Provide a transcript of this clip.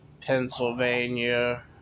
Pennsylvania